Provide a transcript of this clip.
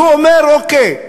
והוא אומר: אוקיי,